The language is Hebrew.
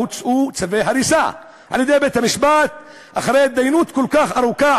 הוצאו צווי הריסה על-ידי בית-המשפט אחרי התדיינות כל כך ארוכה,